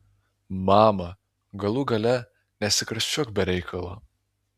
mama galų gale nesikarščiuok be reikalo